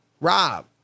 Rob